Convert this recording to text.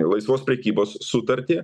laisvos prekybos sutartį